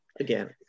again